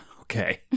Okay